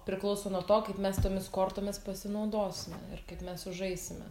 priklauso nuo to kaip mes tomis kortomis pasinaudosim ir kaip mes sužaisime